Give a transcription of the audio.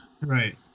right